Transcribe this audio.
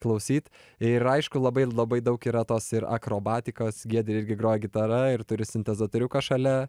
klausyt ir aišku labai labai daug yra tos ir akrobatikos giedrė irgi groja gitara ir turi sintezatoriuką šalia